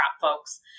folks